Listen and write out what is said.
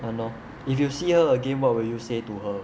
!hannor! if you see a again what will you say to her